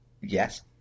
Yes